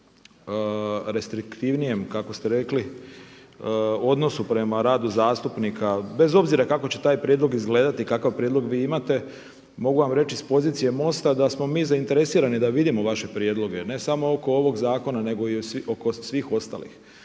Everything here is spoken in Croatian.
restriktivnijem kako ste rekli, odnosu prema radu zastupnika, bez obzira kako će taj prijedlog izgledati i kakav prijedlog vi imate, mogu vam reći s pozicije MOST-a da smo mi zainteresirani da vidimo vaše prijedloge, ne samo oko ovog zakona nego oko svih ostalih.